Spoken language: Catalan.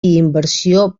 inversió